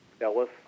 Ellis